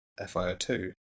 FIO2